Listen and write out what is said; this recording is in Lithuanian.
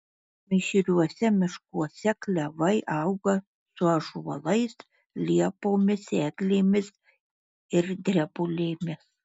mišriuose miškuose klevai auga su ąžuolais liepomis eglėmis ir drebulėmis